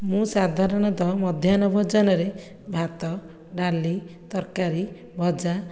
ମୁଁ ସାଧାରଣତଃ ମଧ୍ୟାନ୍ନ ଭୋଜନରେ ଭାତ ଡ଼ାଲି ତରକାରୀ ଭଜା